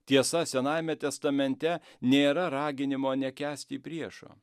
tiesa senajame testamente nėra raginimo nekęsti priešo